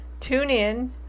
TuneIn